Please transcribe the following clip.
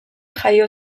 jaio